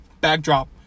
backdrop